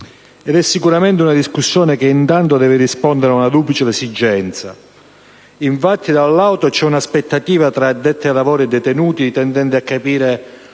Ed è sicuramente una discussione che, intanto, deve rispondere a una duplice esigenza. Infatti, da un lato, c'è un'aspettativa tra addetti ai lavori e detenuti, tendente a capire